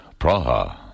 Praha